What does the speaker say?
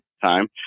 time